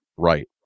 Right